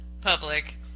public